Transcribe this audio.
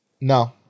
No